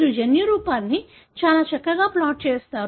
మీరు జన్యురూపాన్ని చాలా చక్కగా ప్లాట్ చేస్తారు